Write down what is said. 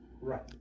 Right